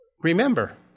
Remember